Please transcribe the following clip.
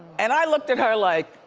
and i looked at her like.